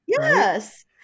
Yes